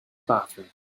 bathroom